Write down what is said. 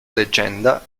leggenda